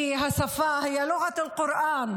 היא השפה (אומרת דברים בשפה הערבית.)